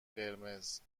قرمز